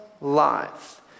life